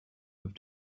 with